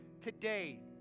today